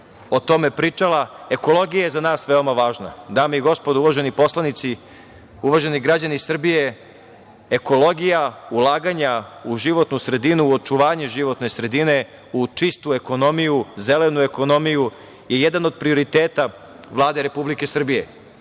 o tome pričala, ekologija je za nas veoma važna. Dame i gospodo uvaženi poslanici, uvaženi građani Srbije, ekologija, ulaganja u životnu sredinu u očuvanje životne sredine u čistu ekonomiju, u zelenu ekonomiju je jedan o prioriteta Vlade Republike Srbije. Upravo